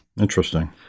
interesting